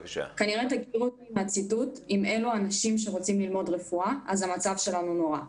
אתחיל בציטוט: "אם אלו האנשים שרוצים ללמוד רפואה אז המצב שלנו נורא".